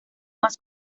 más